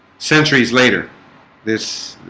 centuries later this